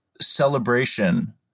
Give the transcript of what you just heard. celebration